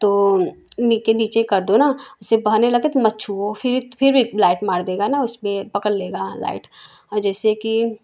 तो उन्हीं के नीचे कर दो ना उससे बहनें लगे तो मत छूओ फिर फिर भी लाइट मार देगा ना इसलिए पकड़ लेगा लाइट जैसे कि